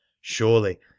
surely